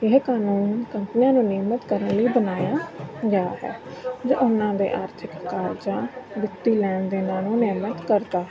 ਇਹ ਕਾਨੂੰਨ ਕੰਪਨੀਆਂ ਨੂੰ ਨਿਯਮਤ ਕਰਨ ਲਈ ਬਣਾਇਆ ਗਿਆ ਹੈ ਜੋ ਉਹਨਾਂ ਦੇ ਆਰਥਿਕ ਕਾਰਜਾਂ ਵਿਤੀ ਲੈਣ ਦੇਣ ਨੂੰ ਨਿਯਮਤ ਕਰਦਾ ਹੈ